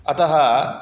अतः